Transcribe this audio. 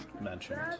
mentioned